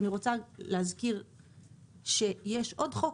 אני רוצה להזכיר שיש עוד חוק,